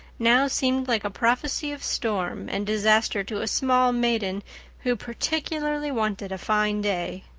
now seemed like a prophecy of storm and disaster to a small maiden who particularly wanted a fine day.